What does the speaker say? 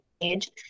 page